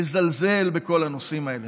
לזלזל בכל הנושאים האלה,